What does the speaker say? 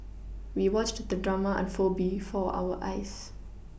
we watched the drama unfold before our eyes